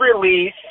release